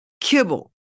kibble